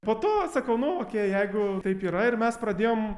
po to sakau nu okei jeigu taip yra ir mes pradėjom